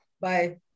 Bye